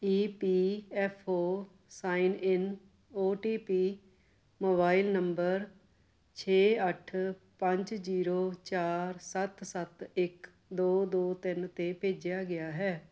E P F O sign in O T P mobile number ਛੇ ਅੱਠ ਪੰਜ zero ਚਾਰ ਸੱਤ ਸੱਤ ਇੱਕ ਦੋ ਦੋ ਤਿੰਨ 'ਤੇ ਭੇਜਿਆ ਗਿਆ ਹੈ